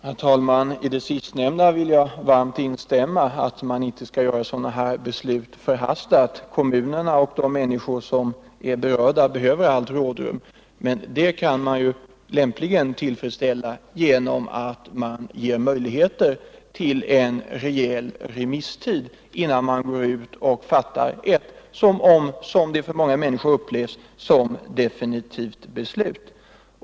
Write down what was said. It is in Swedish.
Herr talman! Jag vill varmt instämma i det som kommunikationsministern sist sade, nämligen att sådana här beslut inte bör ske förhastat. Kommunerna och de berörda människorna behöver allt rådrum, men det behovet kan lämpligen tillgodoses genom att det ges en rejäl remisstid innan man fattar ett — som det upplevs av många människor — definitivt beslut.